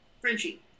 Frenchie